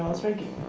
take it